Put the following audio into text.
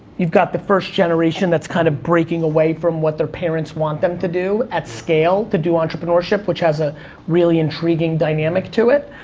you've got the first generation that's kind of breaking away from what their parents want them to do at scale, to do entrepreneurship, which has a really intriguing dynamic to it.